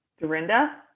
Dorinda